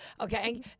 okay